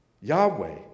Yahweh